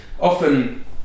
often